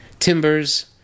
Timbers